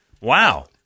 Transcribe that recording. wow